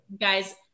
guys